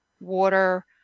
water